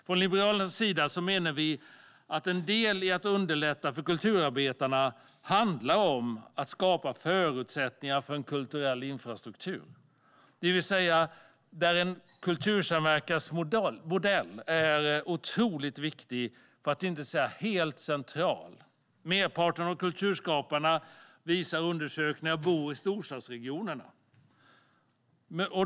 Från Liberalernas sida menar vi att en del i att underlätta för kulturarbetarna handlar om att skapa förutsättningar för en kulturell infrastruktur, det vill säga att en kultursamverkansmodell där är otroligt viktig, för att inte säga helt central. Undersökningar visar att merparten av kulturskaparna bor i storstadsregionerna.